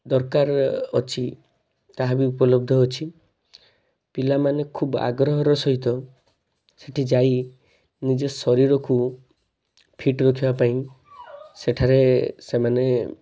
ଦରକାର ଅଛି ତାହା ଏବେ ଉପଲବ୍ଧ ଅଛି ପିଲାମାନେ ଖୁବ୍ ଆଗ୍ରହର ସହିତ ସେଇଠି ଯାଇ ନିଜ ଶରୀରକୁ ଫିଟ୍ ରଖିବା ପାଇଁ ସେଠାରେ ସେମାନେ